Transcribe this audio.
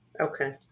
Okay